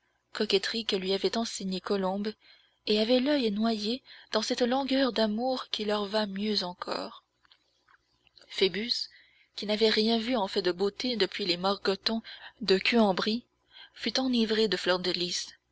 coquetterie que lui avait enseignée colombe et avait l'oeil noyé dans cette langueur d'amour qui leur va mieux encore phoebus qui n'avait rien vu en fait de beauté depuis les margotons de queue en brie fut enivré de fleur de lys